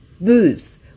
booths